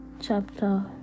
chapter